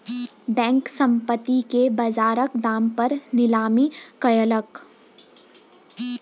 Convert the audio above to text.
bank, संपत्ति के बजारक दाम पर नीलामी कयलक